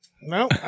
No